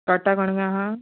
तोड्डा कोणगां आहा